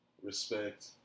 Respect